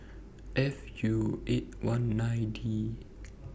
F U eight one nine D